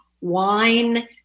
wine